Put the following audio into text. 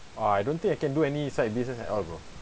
oh I don't think I can do any side business at all bro